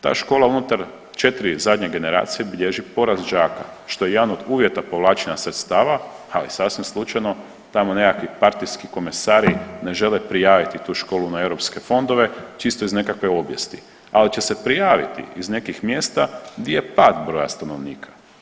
Ta škola unutar 4 zadnje generacije bilježi porast đaka, što je jedan od uvjeta povlačenja sredstava, ali sasvim slučajno, tamo nekakvi partijski komesari ne žele prijaviti tu školu na EU fondove, čisto iz nekakve obijesti, ali će se prijaviti iz nekih mjesta di je pad broja stanovnika.